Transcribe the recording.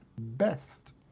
best